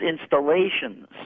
installations